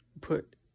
put